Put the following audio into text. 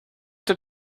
did